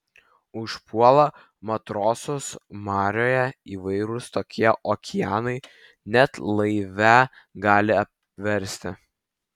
užpuola matrosus marioje įvairūs tokie okeanai net laivę gali apversti